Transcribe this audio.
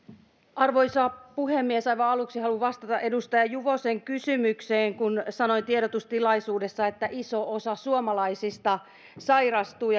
arvoisa puhemies aivan aluksi haluan vastata edustaja juvosen kysymykseen kun kysyitte mitä tarkoitin sillä kun sanoin tiedotustilaisuudessa että iso osa suomalaisista sairastuu